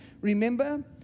Remember